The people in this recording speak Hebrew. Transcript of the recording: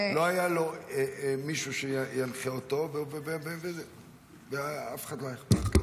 לא היה לו מי שינחה אותו, ולאף אחד לא היה אכפת.